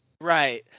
right